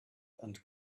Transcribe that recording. and